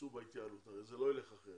שיצאו בהתייעלות, הרי זה לא יילך אחרת.